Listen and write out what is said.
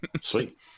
Sweet